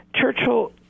Churchill